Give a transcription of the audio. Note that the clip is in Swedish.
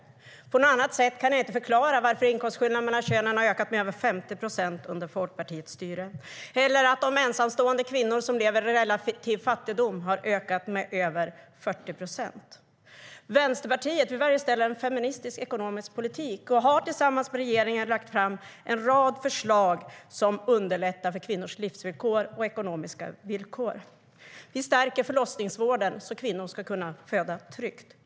Jag kan inte förklara på något annat sätt varför inkomstskillnaderna mellan könen har ökat med över 50 procent under Folkpartiets styre, eller att andelen ensamstående kvinnor som lever i relativ fattigdom har ökat med över 40 procent. Vi stärker förlossningsvården så att kvinnor ska kunna föda tryggt.